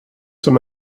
som